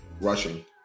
rushing